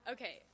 Okay